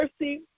mercy